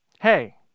Hey